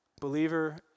believer